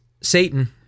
Satan